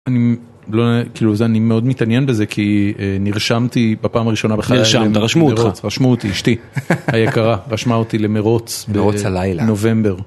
- אני מאוד מתעניין בזה כי נרשמתי בפעם הראשונה - נרשמת, רשמו אותך רשמו אותי, אשתי היקרה, רשמה אותי למרוץ - מרוץ הלילה - בנובמבר